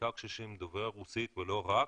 בעיקר קשישים דוברי רוסית ולא רק,